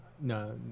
No